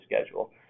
schedule